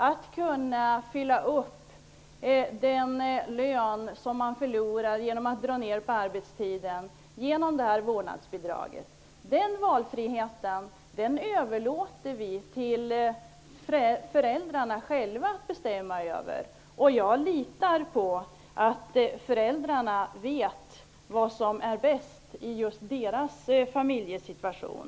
Vårdnadsbidraget skull kunna täcka den lön som de förlorar genom att dra ner på arbetstiden. Den valfriheten överlåter vi till föräldrarna själva att bestämma över. Jag litar på att föräldrarna vet vad som är bäst i just deras familjesituation.